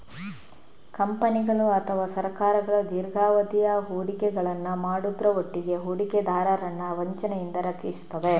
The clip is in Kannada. ಕಂಪನಿಗಳು ಅಥವಾ ಸರ್ಕಾರಗಳು ದೀರ್ಘಾವಧಿಯ ಹೂಡಿಕೆಗಳನ್ನ ಮಾಡುದ್ರ ಒಟ್ಟಿಗೆ ಹೂಡಿಕೆದಾರರನ್ನ ವಂಚನೆಯಿಂದ ರಕ್ಷಿಸ್ತವೆ